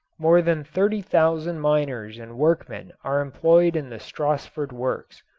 more than thirty thousand miners and workmen are employed in the stassfurt works.